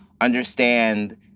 understand